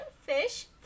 Fish